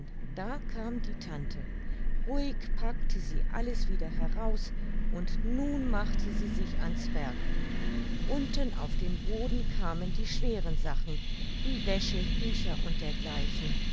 da kam die tante ruhig packte sie alles wieder heraus und nun machte sie sich an's werk unten auf den boden kamen die schweren sachen wie wäsche bücher u dergl